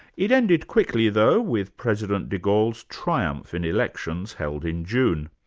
it ended quickly though, with president de gaulle's triumph in elections held in june.